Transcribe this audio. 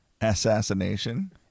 Assassination